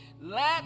let